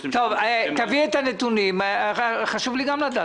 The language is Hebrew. אתמול היינו מפעילים.